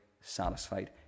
satisfied